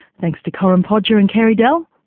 thanks to corinne podger and carey dell,